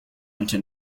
into